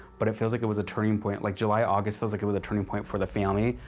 but it feels like it was a turning point. like, july, august feels like it was a turning point for the family.